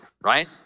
right